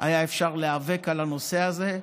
היה אפשר להיאבק על הנושא הזה,